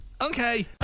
Okay